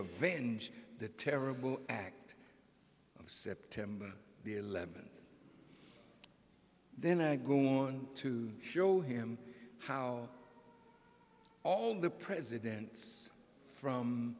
avenge the terrible act of september the eleventh then i go on to show him how all the presidents from